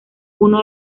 uno